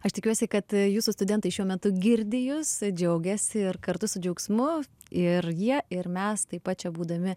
aš tikiuosi kad jūsų studentai šiuo metu girdi jus džiaugiasi ir kartu su džiaugsmu ir jie ir mes taip pat čia būdami